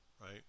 Right